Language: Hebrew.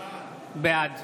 בעד